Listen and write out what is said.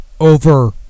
over